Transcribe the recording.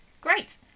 Great